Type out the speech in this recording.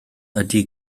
ydy